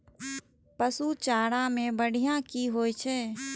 पशु चारा मैं बढ़िया की होय छै?